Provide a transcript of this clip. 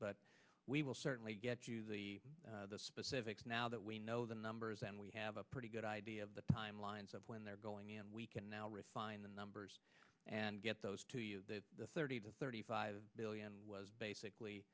but we will certainly get you the the specifics now that we know the numbers and we have a pretty good idea of the timelines of when they're going and we can now refine the numbers and get those thirty to thirty five billion was basically